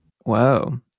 Whoa